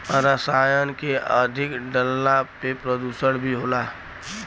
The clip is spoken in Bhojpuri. रसायन के अधिक डलला से प्रदुषण भी होला